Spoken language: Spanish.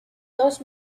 dos